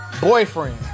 boyfriend